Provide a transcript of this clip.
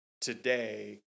today